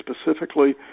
specifically